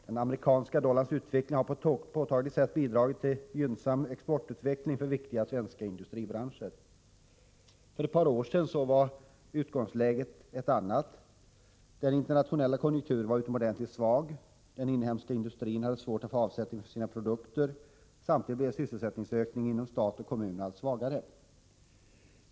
Den amerikanska dollarns utveckling har på ett påtagligt sätt bidragit till en gynnsam exportutveckling för viktiga svenska industribranscher. För ett par år sedan var utgångsläget ett annat. Den internationella konjunkturen var utomordentligt svag. Den inhemska industrin hade svårt att få avsättning för sina produkter. Samtidigt blev sysselsättningsökningen inom stat och kommun allt svagare.